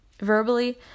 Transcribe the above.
verbally